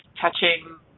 touching